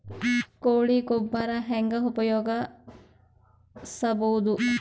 ಕೊಳಿ ಗೊಬ್ಬರ ಹೆಂಗ್ ಉಪಯೋಗಸಬಹುದು?